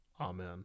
Amen